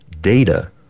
data